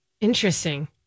Interesting